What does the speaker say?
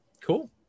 cool